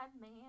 man